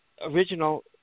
original